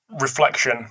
reflection